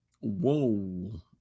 Whoa